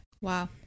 Wow